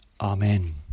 Amen